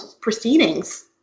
proceedings